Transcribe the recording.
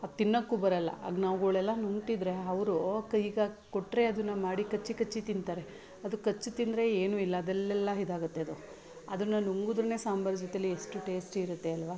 ಅದು ತಿನ್ನೋಕ್ಕೂ ಬರೋಲ್ಲ ಆಗ ನಾವುಗಳೆಲ್ಲ ನುಂಗ್ತಿದ್ದರೆ ಅವರು ಕೈಗಾಕಿ ಕೊಟ್ಟರೆ ಅದನ್ನು ಮಾಡಿ ಕಚ್ಚಿ ಕಚ್ಚಿ ತಿಂತಾರೆ ಅದು ಕಚ್ಚಿ ತಿಂದರೆ ಏನೂ ಇಲ್ಲ ಅದಲ್ಲೆಲ್ಲ ಇದಾಗುತ್ತೆ ಅದು ಅದನ್ನು ನುಂಗಿದ್ರೂ ಸಾಂಬಾರು ಜೊತೆಲಿ ಎಷ್ಟು ಟೇಸ್ಟಿ ಇರುತ್ತೆ ಅಲ್ವ